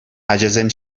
ачасем